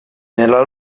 nella